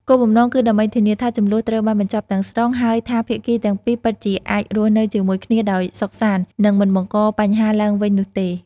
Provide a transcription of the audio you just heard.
គោលបំណងគឺដើម្បីធានាថាជម្លោះត្រូវបានបញ្ចប់ទាំងស្រុង ហើយថាភាគីទាំងពីរពិតជាអាចរស់នៅជាមួយគ្នាដោយសុខសាន្ត និងមិនបង្កបញ្ហាឡើងវិញនោះទេ។